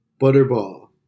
butterball